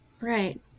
Right